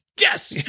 yes